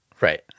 right